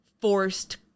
forced